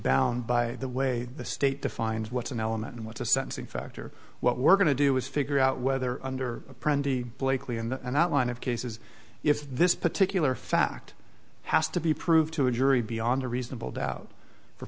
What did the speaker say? bound by the way the state defines what's an element and what's a sentencing factor what we're going to do is figure out whether under a prendre blakeley in an outline of cases if this particular fact has to be proved to a jury beyond a reasonable doubt for